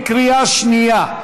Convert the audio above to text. בקריאה שנייה.